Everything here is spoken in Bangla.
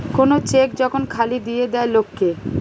কোন চেক যখন খালি দিয়ে দেয় লোক কে